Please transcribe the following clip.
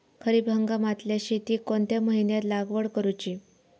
खरीप हंगामातल्या शेतीक कोणत्या महिन्यात लागवड करूची?